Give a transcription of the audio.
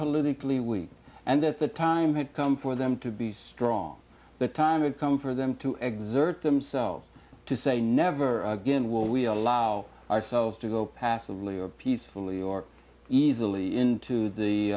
politically weak and that the time had come for them to be strong the time had come for them to exert themselves to say never again will we allow ourselves to go passively or peacefully or easily into the